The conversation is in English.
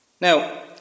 Now